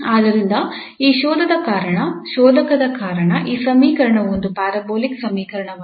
ಆದ್ದರಿಂದ ಈ ಶೋಧಕದ ಕಾರಣ ಈ ಸಮೀಕರಣವು ಒಂದು ಪ್ಯಾರಾಬೋಲಿಕ್ ಸಮೀಕರಣವಾಗಿದೆ